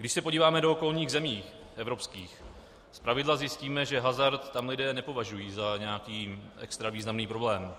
Když se podíváme do okolních zemí evropských, zpravidla zjistíme, že hazard tam lidé nepovažují za nějaký extra významný problém.